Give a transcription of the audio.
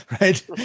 right